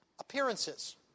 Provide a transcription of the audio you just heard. appearances